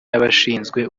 y’abashinzwe